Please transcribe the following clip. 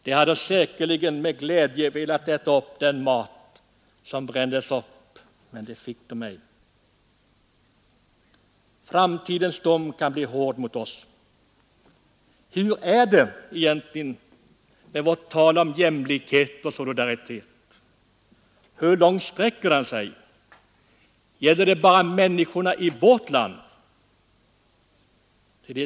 De hade säkerligen med glädje velat äta upp den mat som brändes upp, men det fick de ej. Framtidens dom kan bli hård mot oss. Hur är det egentligen med vårt tal om jämlikhet och solidaritet? Hur långt sträcker det sig? Gäller det bara människor i vårt land?